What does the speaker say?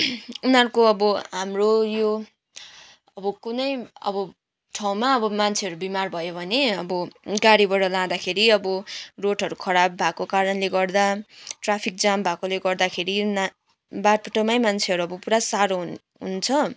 उनीहरूको अब हाम्रो यो अब कुनै अब ठाउँमा अब मान्छेहरू बिमार भयो भने अब गाडीबाट लाँदाखेरि अब रोडहरू खराब भएको कारणले गर्दा ट्राफिक जाम भएकाले गर्दाखेरि ना बाटोमा मान्छेहरू अब पुरा साह्रो हुन् हुन्छ